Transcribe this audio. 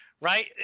right